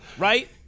Right